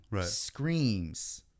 screams